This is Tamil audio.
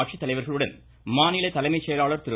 ஆட்சித்தலைவா்களுடன் மாநில தலைமை செயலாளர் திரு